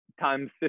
times